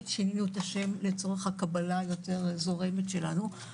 שינינו את השם לצורך הקבלה היותר זורמת שלנו.